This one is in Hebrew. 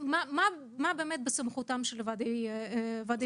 מה בסמכותם של וועדי בית?